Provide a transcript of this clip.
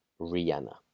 Rihanna